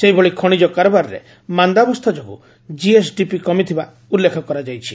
ସେହିଭଳି ଖଶିଜ କାରବାରରେ ମାନ୍ଦାବସ୍କା ଯୋଗୁଁ ଜିଏସଡିପି କମିଥିବା ଉଲ୍କେଖ କରାଯାଇଛି